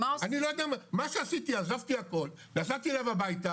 מה שעשיתי עזבתי הכול ונסעתי אליו הביתה